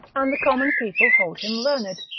and the common people hold him learned,